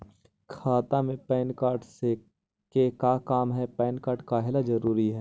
खाता में PAN card के का काम है पैन कार्ड काहे ला जरूरी है?